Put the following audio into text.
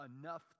enough